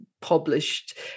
published